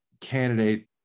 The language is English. candidate